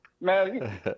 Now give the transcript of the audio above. man